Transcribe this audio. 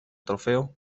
trofeo